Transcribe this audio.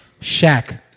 Shaq